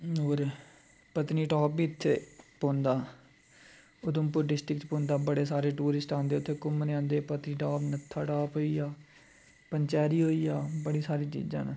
होर पत्नीटॉप बी इत्थे पौंदा उधमपुर डिस्ट्रिक्ट च पौंदा बड़े सारे टूरिस्ट आंदे उत्थे घूमने आंदे पतनीटॉप नत्थाटॉप होई गेआ पंचैरी होई गेआ बड़ी सारी चीज़ां न